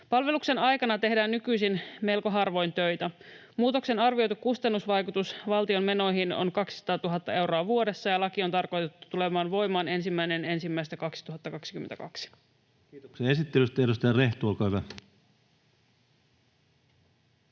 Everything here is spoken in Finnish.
Palveluksen aikana tehdään nykyisin melko harvoin töitä. Muutoksen arvioitu kustannusvaikutus valtion menoihin on 200 000 euroa vuodessa, ja laki on tarkoitettu tulemaan voimaan 1.1.2022. [Speech 164] Speaker: Ensimmäinen varapuhemies